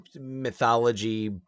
mythology